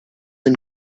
and